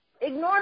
Ignore